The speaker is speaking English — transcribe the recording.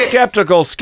Skeptical